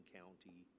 county